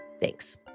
Thanks